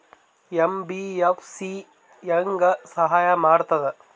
MBFC ಹೆಂಗ್ ಸಹಾಯ ಮಾಡ್ತದ?